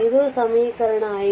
ಇದು ಸಮೀಕರಣ 5